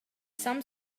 some